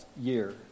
year